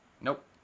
Nope